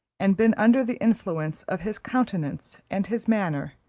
and been under the influence of his countenance and his manner,